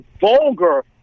vulgar